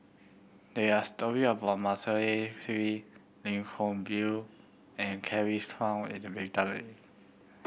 there are story about Melissa Kwee Lim and Kevin Kwan